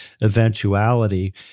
eventuality